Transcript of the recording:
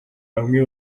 bamwe